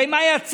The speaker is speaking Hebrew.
הרי מה יצא?